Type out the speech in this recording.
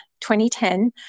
2010